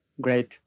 great